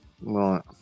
Right